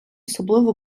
особливо